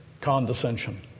condescension